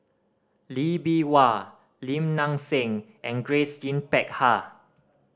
Lee Bee Wah Lim Nang Seng and Grace Yin Peck Ha